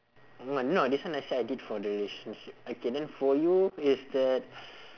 no this one I said I did for the relationship okay then for you is that